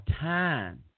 time